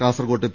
കാസ്ർകോട്ട് P